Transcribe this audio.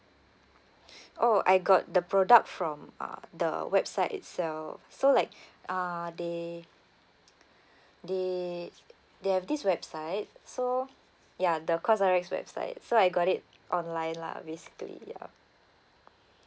oh I got the product from uh the website itself so like uh they they they have this website so ya the Cosrx website so I got it online lah basically ya